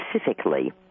specifically